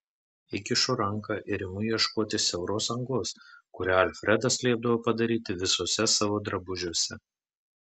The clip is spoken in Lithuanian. įkišu ranką ir imu ieškoti siauros angos kurią alfredas liepdavo padaryti visuose savo drabužiuose